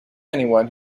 anyone